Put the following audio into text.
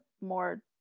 more